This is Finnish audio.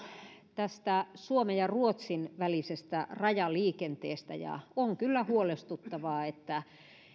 suomen ja ruotsin välisestä rajaliikenteestä ja on kyllä huolestuttavaa että